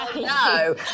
no